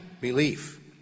Belief